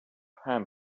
ham